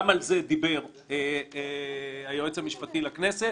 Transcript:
גם על זה דיבר היועץ המשפטי לכנסת,